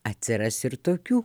atsiras ir tokių